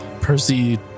Percy